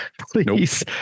Please